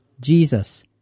jesus